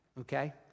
okay